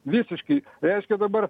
visiškai reiškia dabar